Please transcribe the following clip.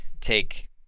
take